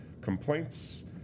complaints